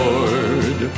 Lord